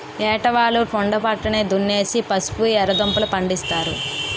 ఏటవాలు కొండా పక్క దున్నేసి పసుపు, ఎర్రదుంపలూ, పండిస్తారు